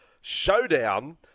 showdown